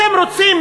אתם רוצים,